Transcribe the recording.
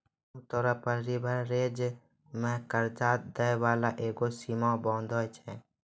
आमतौरो पे लीवरेज मे कर्जा दै बाला एगो सीमा बाँधै छै